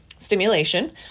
Stimulation